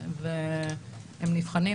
והם נבחנים.